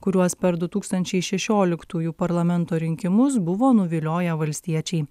kuriuos per du tūkstančiai šešioliktųjų parlamento rinkimus buvo nuvilioję valstiečiai